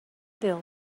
bill